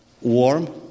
warm